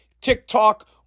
TikTok